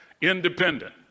Independent